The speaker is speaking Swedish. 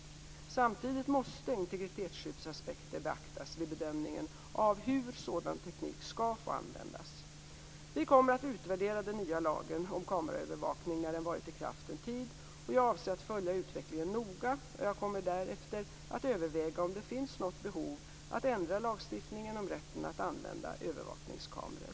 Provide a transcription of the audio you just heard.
Samtidigt måste integritetsskyddsaspekter beaktas vid bedömningen av hur sådan teknik skall få användas. Vi kommer att utvärdera den nya lagen om kameraövervakning när den varit i kraft en tid. Jag avser att följa utvecklingen noga, och jag kommer därefter att överväga om det finns något behov av att ändra lagstiftningen om rätten att använda övervakningskameror.